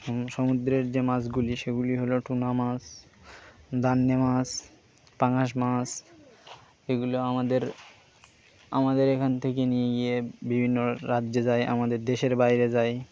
সমুদ্রের যে মাছগুলি সেগুলি হলো টুনা মাছ দান্নি মাছ পাঙাশ মাছ এগুলো আমাদের আমাদের এখান থেকে নিয়ে গিয়ে বিভিন্ন রাজ্যে যায় আমাদের দেশের বাইরে যাই